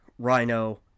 Rhino